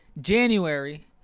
January